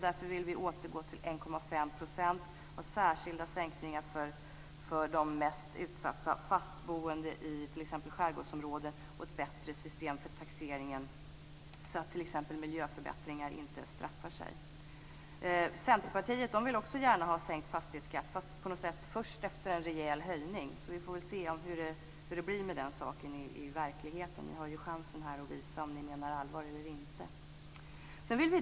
Därför vill vi återgå till 1,5 % och införa särskilda sänkningar för de mest utsatta, för fast boende i t.ex. skärgårdsområden. Vi vill även ha ett bättre system för taxeringen så att t.ex. miljöförbättringar inte straffar sig. Centerpartiet vill också gärna ha sänkt fastighetsskatt, men först efter en rejäl höjning. Så vi får väl se hur det blir med den saken i verkligheten. De har ju chansen att visa om de menar allvar eller inte.